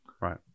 Right